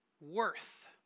worth